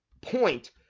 point